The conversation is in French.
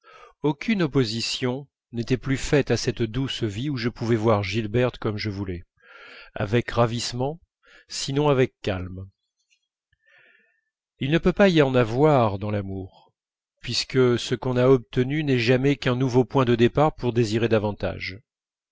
aucune opposition n'était plus faite à cette douce vie où je pouvais voir gilberte comme je voulais avec ravissement sinon avec calme il ne peut pas y en avoir dans l'amour puisque ce qu'on a obtenu n'est jamais qu'un nouveau point de départ pour désirer davantage